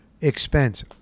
Expense